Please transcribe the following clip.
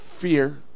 fear